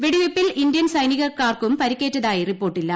വെടിവയ്പിൽ Indian സൈനികർക്കാർക്കും പരിക്കേറ്റതായി റിപ്പോർട്ടില്ല